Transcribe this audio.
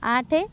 ଆଠ